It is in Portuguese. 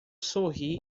sorri